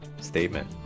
statement